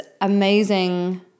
amazing